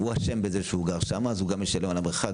הוא אשם בזה שהוא גר שם אז הוא גם ישלם על המרחק,